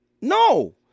No